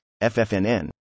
FFNN